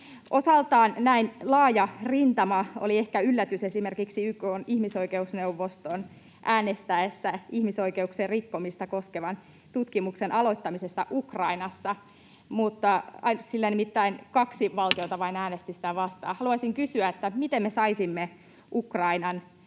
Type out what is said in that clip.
Osaltaan näin laaja rintama oli ehkä yllätys, esimerkiksi YK:n ihmisoikeusneuvoston äänestäessä ihmisoikeuksien rikkomista koskevan tutkimuksen aloittamisesta Ukrainassa — siellä nimittäin vain kaksi valtiolta äänesti sitä vastaan. Haluaisin kysyä, miten me saisimme Ukrainan